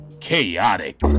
Chaotic